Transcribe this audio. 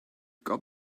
got